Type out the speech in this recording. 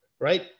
Right